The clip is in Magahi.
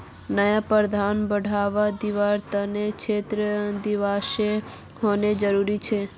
नया प्रथाक बढ़वा दीबार त न क्षेत्र दिवसेर होना जरूरी छोक